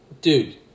Dude